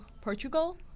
Portugal